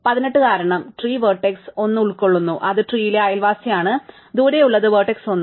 18 കാരണം tree vertex 1 ഉൾക്കൊള്ളുന്നു അത് ട്രീലെ അയൽവാസിയാണ് ദൂരെയുള്ളത് വെർട്ടെക്സ് 1